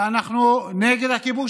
שאנחנו נגד הכיבוש,